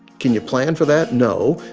can you plan for that? no,